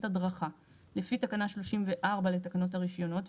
הדרכה לפי תקנה 34 לתקנות הרישיונות,